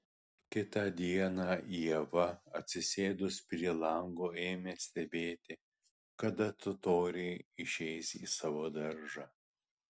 kitą dieną ieva atsisėdus prie lango ėmė stebėti kada totoriai išeis į savo daržą